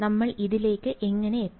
നമ്മൾ ഇതിലേക്ക് എങ്ങനെ എത്തി